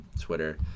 Twitter